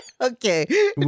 okay